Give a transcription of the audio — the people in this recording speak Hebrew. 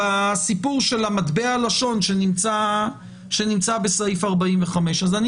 בסיפור של מטבע הלשון שנמצא בסעיף 45. אז אני